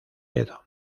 dedo